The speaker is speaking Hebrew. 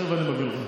תכף אני מביא לך.